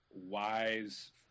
wise